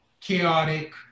chaotic